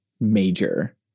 major